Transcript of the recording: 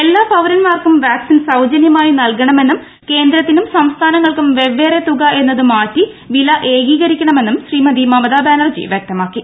എല്ലാ പൌരന്മാർക്കും വാക്സിൻ സൌജന്യമായി ്യനൽകണമെന്നും കേന്ദ്രത്തിനും സംസ്ഥാനങ്ങൾക്കും വെബ്ബ്റേ തുക എന്നതു മാറ്റി വില ഏകീക രിക്കണമെന്നും ശ്രീമതി മിമ്താ ബാനർജി വൃക്തമാക്കി